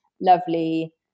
lovely